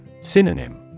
Synonym